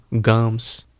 gums